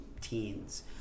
teens